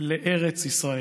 לארץ ישראל".